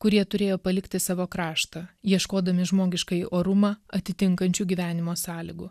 kurie turėjo palikti savo kraštą ieškodami žmogiškąjį orumą atitinkančių gyvenimo sąlygų